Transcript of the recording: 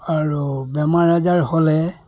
আৰু বেমাৰ আজাৰ হ'লে